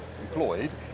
employed